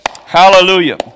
Hallelujah